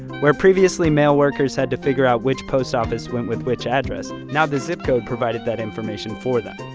where previously mail workers had to figure out which post office went with which address, now the zip code provided that information for them.